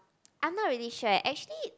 I'm not really sure actually